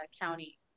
County